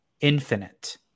infinite